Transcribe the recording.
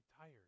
tired